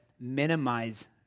minimize